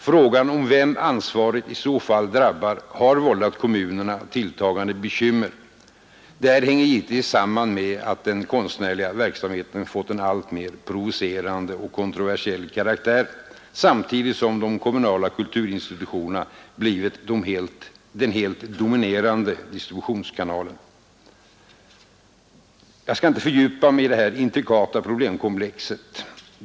Frågan om vem ansvaret i så fall drabbar har vållat kommunerna tilltagande bekymmer. Detta hänger givetvis samman med att den konstnärliga verksamheten fått en alltmera provocerande och kontroversiell karaktär, samtidigt som de kommunala kulturinstitutionerna blivit de helt dominerande distributionskanalerna. Jag skall inte fördjupa mig i detta intrikata problemkomplex.